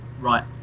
Right